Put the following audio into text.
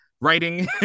writing